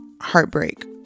heartbreak